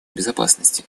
безопасности